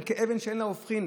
הם כאבן שאין לה הופכין,